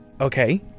Okay